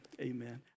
Amen